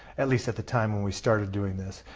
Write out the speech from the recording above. at least at the time we started doing this.